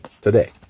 today